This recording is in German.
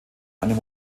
einem